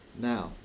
now